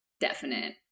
definite